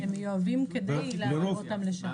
הם מיובאים כדי להעביר אותם לשם.